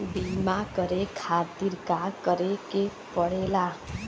बीमा करे खातिर का करे के पड़ेला?